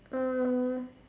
uh